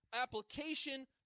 application